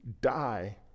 die